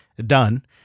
done